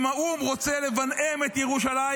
אם האו"ם רוצה לבנאם את ירושלים,